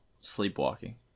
sleepwalking